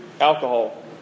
alcohol